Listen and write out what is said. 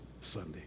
Sunday